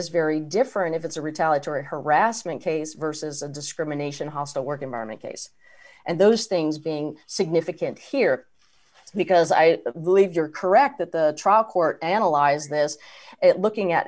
is very different if it's a retaliatory harassment case versus a discrimination hostile work environment case and those things being significant here because i believe you're correct that the trial court analyzed this looking at